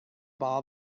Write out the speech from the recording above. ball